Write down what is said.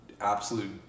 absolute